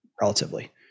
relatively